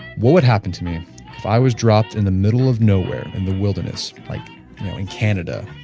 what would happen to me if i was dropped in the middle of nowhere, in the wilderness like in canada,